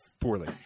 poorly